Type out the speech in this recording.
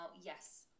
yes